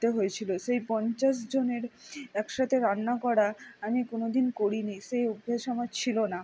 হয়েছিলো সেই পঞ্চাশ জনের এক সাথে রান্না করা আমি কোনদিন করি নি সেই অভ্যেসও আমার ছিলো না